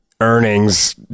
earnings